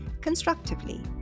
constructively